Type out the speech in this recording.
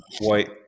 white